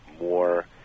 more